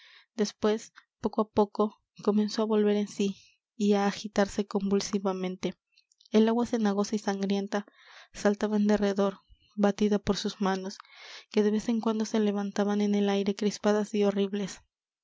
después poco á poco comenzó como á volver en sí y á agitarse convulsivamente el agua cenagosa y sangrienta saltaba en derredor batida por sus manos que de vez en cuando se levantaban en el aire crispadas y horribles